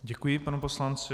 Děkuji panu poslanci.